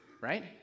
Right